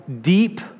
deep